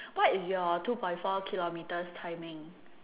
what is your two point four kilometres timing